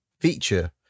feature